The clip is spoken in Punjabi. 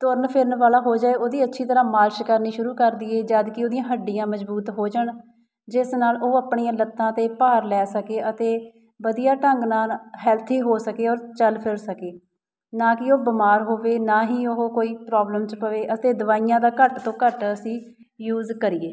ਤੁਰਨ ਫਿਰਨ ਵਾਲਾ ਹੋ ਜਾਵੇ ਉਹਦੀ ਅੱਛੀ ਤਰ੍ਹਾਂ ਮਾਲਿਸ਼ ਕਰਨੀ ਸ਼ੁਰੂ ਕਰ ਦੇਈਏ ਜਦਕਿ ਉਹਦੀਆਂ ਹੱਡੀਆਂ ਮਜ਼ਬੂਤ ਹੋ ਜਾਣ ਜਿਸ ਨਾਲ ਉਹ ਆਪਣੀਆਂ ਲੱਤਾਂ 'ਤੇ ਭਾਰ ਲੈ ਸਕੇ ਅਤੇ ਵਧੀਆ ਢੰਗ ਨਾਲ ਹੈਲਥੀ ਹੋ ਸਕੇ ਔਰ ਚੱਲ ਫਿਰ ਸਕੇ ਨਾ ਕਿ ਉਹ ਬਿਮਾਰ ਹੋਵੇ ਨਾ ਹੀ ਉਹ ਕੋਈ ਪ੍ਰੋਬਲਮ 'ਚ ਪਵੇ ਅਤੇ ਦਵਾਈਆਂ ਦਾ ਘੱਟ ਤੋਂ ਘੱਟ ਅਸੀਂ ਯੂਜ਼ ਕਰੀਏ